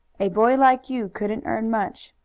a boy like you couldn't earn much.